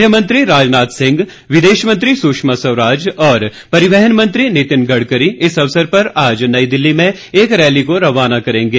गृह मंत्री राजनाथ सिंह विदेश मंत्री सुषमा स्वराज और परिवहन मंत्री नितिन गडकरी इस अवसर पर आज नई दिल्ली में एक रैली को रवाना करेंगे